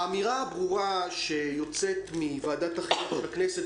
האמירה הברורה שיוצאת מוועדת החינוך של הכנסת,